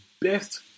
best